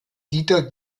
dieter